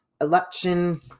election